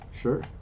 Sure